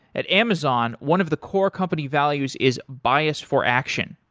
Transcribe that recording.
at amazon, one of the core company values is bias for action.